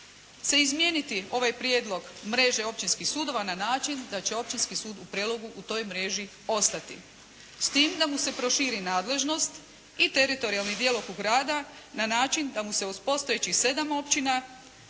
se izmijeniti ovaj prijedlog mreže općinskih sudova na način da će Općinski sud u Prelogu u toj mreži ostati s tim da mu se proširi nadležnost i teritorijalni djelokrug rada na način da mu se uz postojećih 7 općina